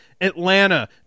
Atlanta